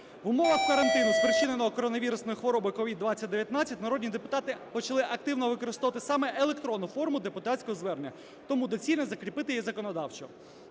В умовах карантину, спричиненого коронавірусною хворобою COVID-2019, народні депутати почали активно використовувати саме електронну форму депутатського звернення, тому доцільно закріпити її законодавчо.